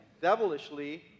devilishly